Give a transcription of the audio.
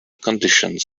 conditions